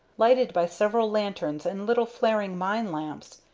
lighted by several lanterns and little, flaring mine-lamps,